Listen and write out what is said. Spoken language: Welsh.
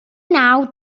naw